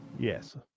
Yes